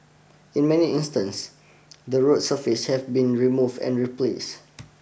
in many instance the road surfaces have been remove and replace